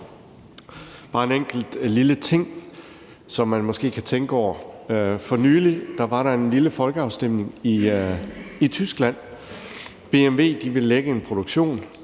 nævne en enkelt lille ting, som man måske kan tænke over. For nylig var der en lille folkeafstemning i Tyskland. BMW ville lægge en produktion